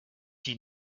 die